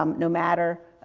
um no matter,